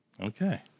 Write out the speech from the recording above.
Okay